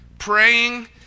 praying